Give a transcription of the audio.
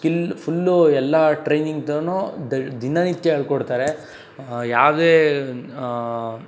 skill full ಎಲ್ಲ ಟ್ರೈನಿಂಗ್ದೂ ಡೈ ದಿನನಿತ್ಯ ಹೇಳ್ಕೊಡ್ತಾರೆ ಯಾವುದೇ